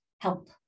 help